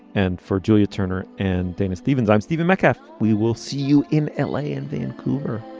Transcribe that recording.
and for julia turner and dana stephens i'm stephen metcalf. we will see you in l a. in vancouver